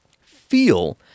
feel